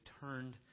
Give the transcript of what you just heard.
turned